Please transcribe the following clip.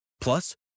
Plus